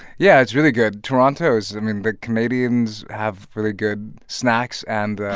yeah, it's really good. toronto is i mean, the canadians have really good snacks. and.